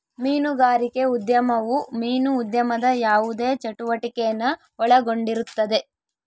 ಮೀನುಗಾರಿಕೆ ಉದ್ಯಮವು ಮೀನು ಉದ್ಯಮದ ಯಾವುದೇ ಚಟುವಟಿಕೆನ ಒಳಗೊಂಡಿರುತ್ತದೆ